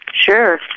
Sure